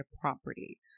property